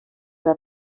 wer